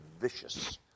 vicious